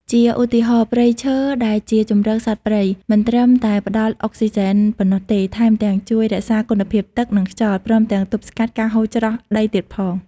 ជាឧទាហរណ៍ ព្រៃឈើដែលជាជម្រកសត្វព្រៃ មិនត្រឹមតែផ្តល់អុកស៊ីហ្សែនប៉ុណ្ណោះទេ ថែមទាំងជួយរក្សាគុណភាពទឹក និងខ្យល់ ព្រមទាំងទប់ស្កាត់ការហូរច្រោះដីទៀតផង។